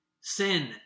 sin